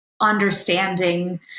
Understanding